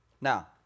now